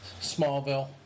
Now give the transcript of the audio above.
Smallville